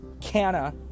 Canna